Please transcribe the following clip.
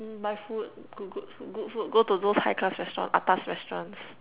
mm buy food good good food good food go to those high class restaurants atas restaurants